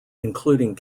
including